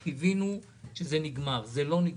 קיווינו שזה נגמר, אבל זה לא נגמר.